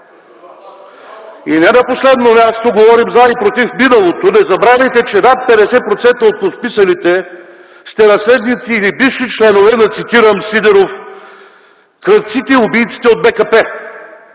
И не на последно място говорим за и против миналото, не забравяйте, че над 50% от подписалите сте наследници или бивши членове на, цитирам Сидеров: „Крадците и убийците от БКП”.